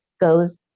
goes